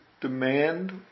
demand